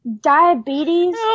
diabetes